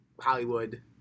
Hollywood